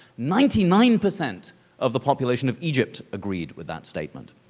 ninety nine percent of the population of egypt agreed with that statement.